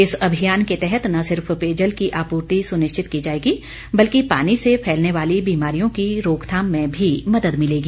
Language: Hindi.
इस अभियान के तहत न सिर्फ पेयजल की आपूर्ति सुनिश्चित की जाएगी बल्कि पानी से फैलने वाली बीमारियों की रोकथाम में भी मदद मिलेगी